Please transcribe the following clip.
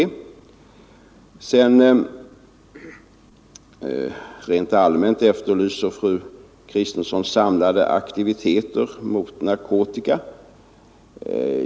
Rent allmänt efterlyser fru Kristensson samlade aktiviteter mot narkotika.